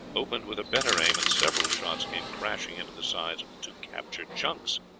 opened with a better aim, and several shots came crashing into the sides of the two captured junks.